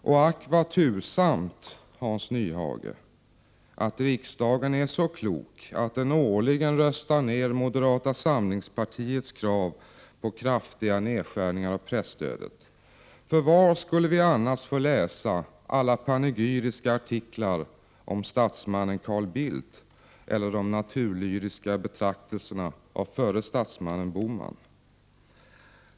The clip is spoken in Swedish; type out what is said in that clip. Och ack, vad tursamt, Hans Nyhage, att riksdagen är så klok att den årligen röstar ner moderata samlingspartiets krav på kraftiga nedskärningar av presstödet. Var skulle vi annars få läsa alla panegyriska artiklar om statsmannen Carl Bildt eller de naturlyriska betraktelserna av förre statsmannen Bohman?